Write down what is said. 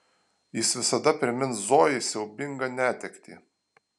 jis visada primins zojai siaubingą netektį